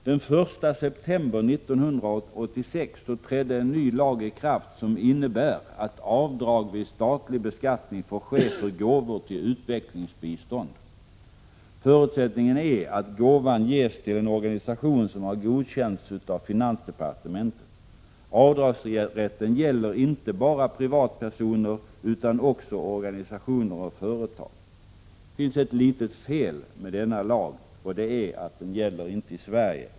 Den 1 september 1986 trädde en ny lag i kraft, som innebär att avdrag vid statlig beskattning får ske för gåvor till utvecklingsbistånd. Förutsättningen är att gåvan ges till en organisation som har godkänts av finansdepartementet. Avdragsrätten gäller inte bara privatpersoner utan också organisationer och företag. Det finns ett litet fel med denna lag, och det är att den inte gäller i Sverige.